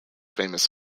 famous